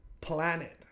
planet